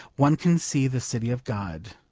one can see the city of god.